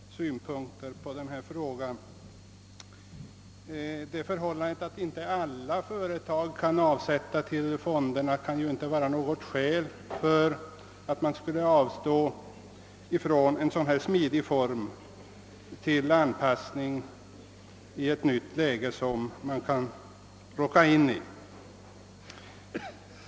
Herr talman! Inte heller jag kan följa herr Brandt i denna fråga. Det förhållandet att inte alla företag kan göra avsättning till fonderna kan inte vara något skäl till att avstå från en sådan här smidig form till anpassning i ett nytt läge.